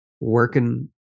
working